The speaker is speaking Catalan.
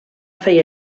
feia